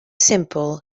simple